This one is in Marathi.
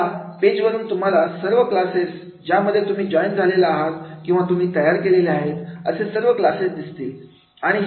या पेज वरुन तुम्हाला सर्व क्लासेस ज्यामध्ये तुम्ही जॉईन झालेला आहात किंवा तुम्ही तयार केलेले आहेत असे सर्व क्लासेस दिसतील